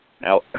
Now